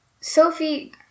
Sophie